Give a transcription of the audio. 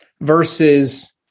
versus